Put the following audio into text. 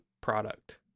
product